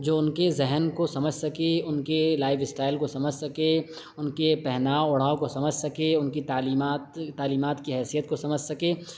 جو ان کے ذہن کو سمجھ سکے ان کے لائف اسٹائل کو سمجھ سکے ان کے پہناؤ اوڑھاؤ کو سمجھ سکے ان کی تعلیمات تعلیمات کی حیثیت کو سمجھ سکے